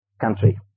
country